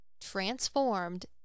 transformed